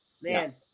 man